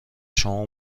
شما